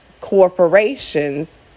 corporations